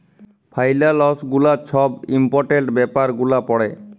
ফাইলালস গুলা ছব ইম্পর্টেলট ব্যাপার গুলা পড়ে